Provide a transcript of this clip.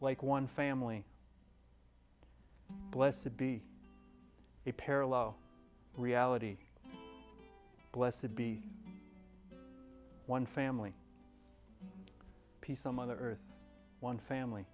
like one family blessed to be a parallel reality blessed to be one family peace on mother earth one family